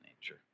nature